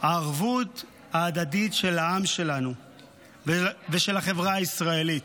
הערבות ההדדית של העם שלנו ושל החברה הישראלית.